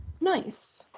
nice